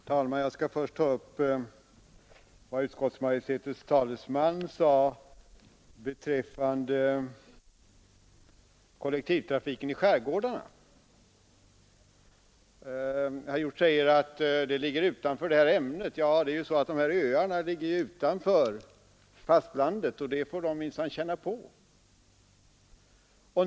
Herr talman! Jag skall först ta upp vad utskottsmajoritetens talesman sade beträffande kollektivtrafiken i skärgårdarna. Herr Hjorth säger att frågan ligger utanför detta ämne. Ja, öarna ligger utanför fastlandet och det får de minsann känna på.